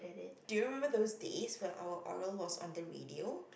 do you remember those days when our Oral was on the radio